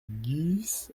dix